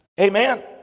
Amen